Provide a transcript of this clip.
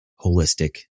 holistic